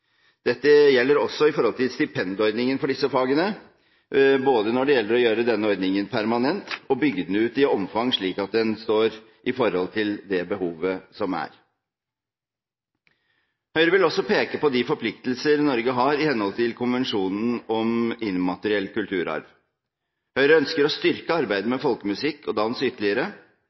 Dette gjelder også for stipendordningen for disse fagene, både når det gjelder å gjøre denne ordningen permanent, og når det gjelder å bygge den ut i omfang, slik at den står i forhold til det behovet som finnes. Høyre vil også peke på de forpliktelser Norge har i henhold til konvensjonen om immateriell kulturarv. Høyre ønsker å styrke arbeidet med folkemusikk og dans ytterligere.